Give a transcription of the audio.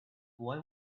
boy